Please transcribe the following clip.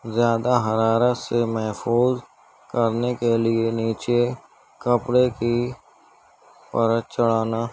زیادہ حرارت سے محفوظ کرنے کے لیے نیچے کپڑے کی پرت چڑھانا